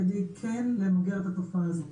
כדי כן למגר את התופעה הזו.